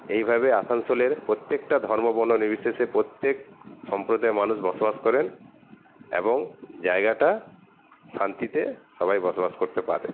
এইভাবে আসানসোলের প্রত্যেকটা ধর্ম বর্ণ নির্বিশেষে প্রত্যেক সম্প্রদায়ের মানুষ বসবাস করেন এবং জায়গাটা শান্তিতে সবাই বসবাস করতে পারেন